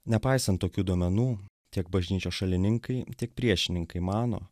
nepaisant tokių duomenų tiek bažnyčios šalininkai tiek priešininkai mano